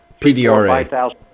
PDRA